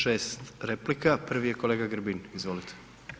6 replika, prvi je kolega Grbin, izvolite.